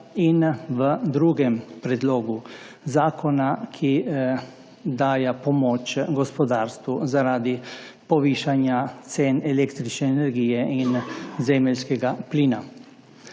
in v drugem predlogu zakona, ki daje pomoč gospodarstvu zaradi povišanja cen električne energije in zemeljskega plina.